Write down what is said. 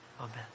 Amen